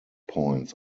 points